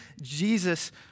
Jesus